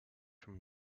from